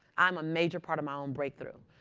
i'm a major part of my own breakthrough.